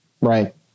Right